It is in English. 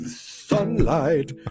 Sunlight